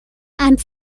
and